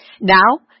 Now